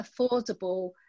affordable